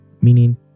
meaning